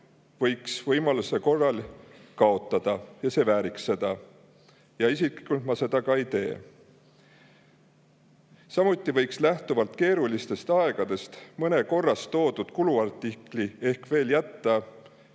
võiks võimaluse korral kaotada, see vääriks seda. Ja isiklikult ma seda ka ei kasuta. Samuti võiks lähtuvalt keerulistest aegadest mõne korras toodud kuluartikli ehk veel jätta